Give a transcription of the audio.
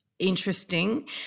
Interesting